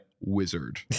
wizard